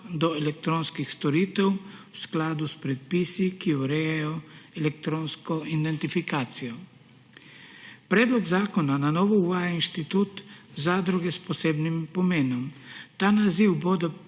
do elektronskih storitev v skladu s predpisi, ki urejajo elektronsko identifikacijo. Predlog zakona na novo uvaja inštitut zadruge s posebnim pomenom. Ta naziv bodo